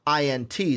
INT